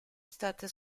stata